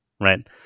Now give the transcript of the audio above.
Right